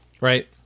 Right